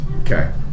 Okay